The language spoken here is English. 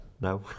No